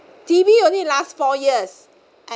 T_V only last four years